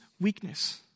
weakness